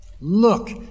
Look